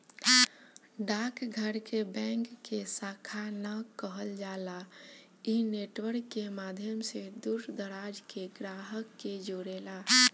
डाक घर के बैंक के शाखा ना कहल जाला इ नेटवर्क के माध्यम से दूर दराज के ग्राहक के जोड़ेला